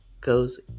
goes